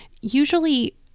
usually